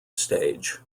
stage